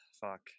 Fuck